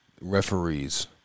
referees